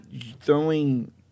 throwing